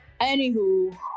anywho